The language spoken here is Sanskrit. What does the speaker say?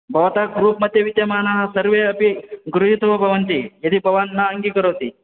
भवतः ग्रूप् मध्ये विद्यमानाः सर्वे अपि गृहीतो भवन्ति यदि भवान् न अङ्गीकरोति